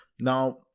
Now